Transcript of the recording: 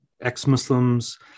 ex-Muslims